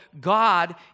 God